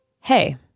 Hey